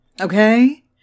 Okay